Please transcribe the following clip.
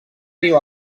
viu